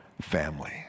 family